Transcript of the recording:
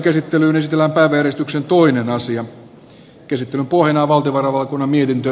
käsittelyn pohjana on valtiovarainvaliokunnan mietintö